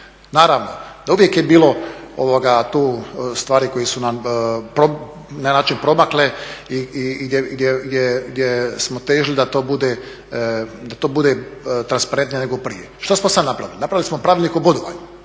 naravno uvijek je bilo tu stvari koje su na neki način promakle i gdje smo težili da to bude transparentnije nego prije. Što smo sad napravili? Napravili smo pravilnik o bodovanju.